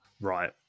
Right